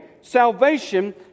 salvation